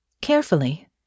Carefully